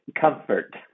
Comfort